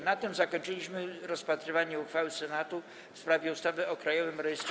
Na tym zakończyliśmy rozpatrywanie uchwały Senatu w sprawie ustawy o Krajowym Rejestrze